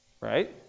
Right